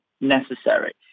necessary